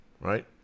right